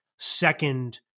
Second